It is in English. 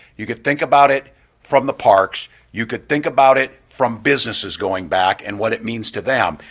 you could think about it from the parks, you could think about it from businesses going back, and what it means to them.